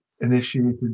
initiated